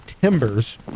timbers